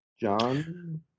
John